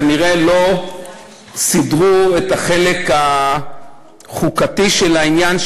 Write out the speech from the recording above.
כנראה לא סידרו את החלק החוקתי של העניין,